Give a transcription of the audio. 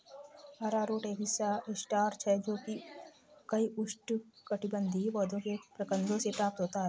अरारोट एक स्टार्च है जो कई उष्णकटिबंधीय पौधों के प्रकंदों से प्राप्त होता है